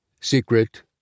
Secret